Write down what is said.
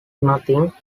nothing